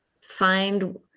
find